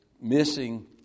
missing